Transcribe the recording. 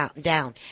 down